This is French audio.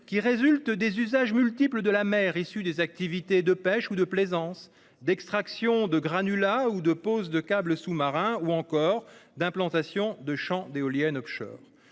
qui résultent des usages multiples de la mer, issus des activités de pêche ou de plaisance, d'extractions de granulats, de pose de câbles sous-marins ou encore d'implantation de champs d'éoliennes offshore.